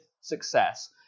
success